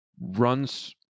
runs